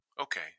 Okay